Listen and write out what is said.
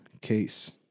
case